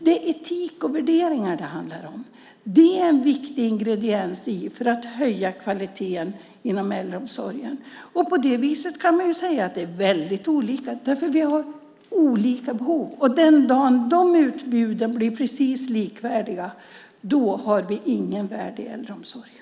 Det är etik och värderingar det handlar om. Det är en viktig ingrediens i att höja kvaliteten inom äldreomsorgen. På det viset kan man säga att de är väldigt olika därför att vi har olika behov. Den dag de utbuden blir precis likvärdiga har vi inget värde i äldreomsorgen.